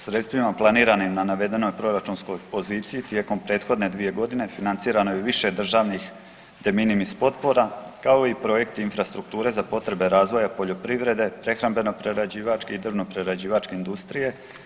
Sredstvima planiranim na navedenoj proračunskoj poziciji tijekom prethodne 2 godine financirano je više državnih de minimis potpora kao i projekti infrastrukture za potrebe razvoja poljoprivrede, prehrambeno prerađivačke i drvno prerađivačke industrije.